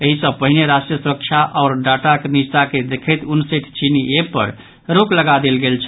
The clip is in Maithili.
एहि सँ पहिने राष्ट्रीय सुरक्षा आओर डाटाक निजता के देखैत उनसठि चीनी एप पर रोक लगा देल गेल छल